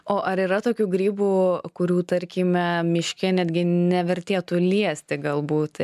o ar yra tokių grybų kurių tarkime miške netgi nevertėtų liesti galbūt